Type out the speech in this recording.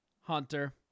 Hunter